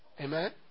Amen